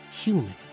Human